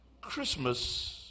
Christmas